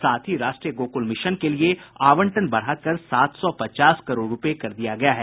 साथ ही राष्ट्रीय गोकुल मिशन के लिए आवंटन बढ़ाकर सात सौ पचास करोड़ रुपये कर दी गयी है